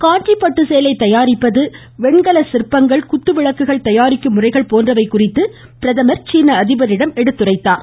காஞ்சிப்பட்டு சேலை தயாரிப்பது வெண்கல சிற்பங்கள் குத்துவிளக்குகள் தயாரிக்கும் முறைகள் போன்றவை குறித்து பிரதமர் சீன அதிபரிடம் எடுத்துரைத்தார்